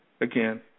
again